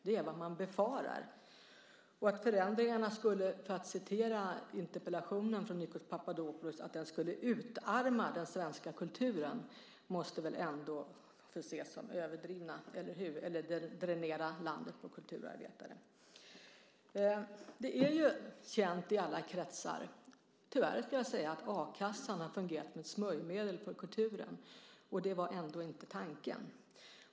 Det är vad man befarar. Att förändringarna skulle utarma den svenska kulturen, som det står i interpellationen från Nikos Papadopoulos, eller dränera landet på kulturarbetare måste väl ändå ses som överdrivet. Det är känt i alla kretsar, tyvärr vill jag säga, att a-kassan har fungerat som ett smörjmedel för kulturen, och det var inte tanken.